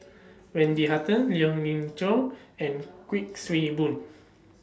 Wendy Hutton Lien Ying Chow and Kuik Swee Boon